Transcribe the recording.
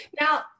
Now